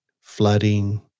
flooding